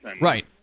Right